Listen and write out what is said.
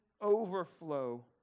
overflow